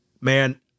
Man